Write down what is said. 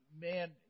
man